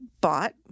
bought